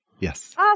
Yes